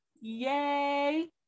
Yay